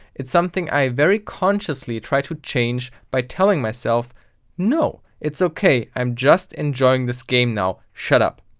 it's something i very consciously try to change by telling myself no, it's ok, i'm just enjoying this game now. shut up.